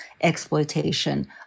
exploitation